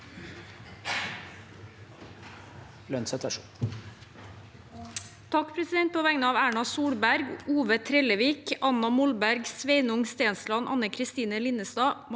(H) På vegne av Erna Solberg, Ove Trellevik, Anna Molberg, Sveinung Stensland, Anne Kristine Linnestad,